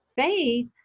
faith